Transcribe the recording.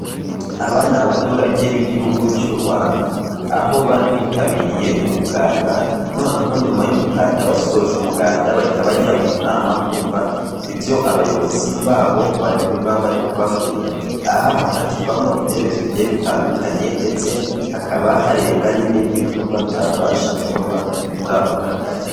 Aba ni abaturage b'igihugu cy'u Rwanda, aho bari bitabiriye umuganda, noneho nyuma y'umuganda basoje umuganda bahita bajya mu nama kumva ibyo abayobozi babo baba bari kubabwira. Aha hafatirwamo ibyemezo bigiye bitandukanye ndetse hakaba harebwa n'ibindi bikorwa byabasha gukorwa muri ako kagari.